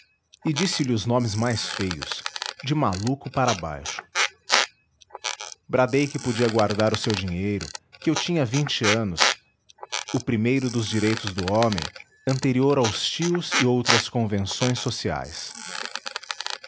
e disse-lhe os nomes mais feios de maluco para baixo bradei que podia guardar o seu dinheiro que eu tinha vinte anos o primeiro dos direitos do homem anterior aos tios e outras convenções sociais